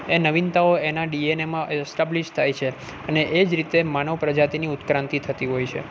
એ નવીનતાઓ એના ડીએનેમાં એસ્ટાબ્લીશ થાય છે અને એ જ રીતે માનવ પ્રજાતિની ઉત્ક્રાંતિ થતી હોય છે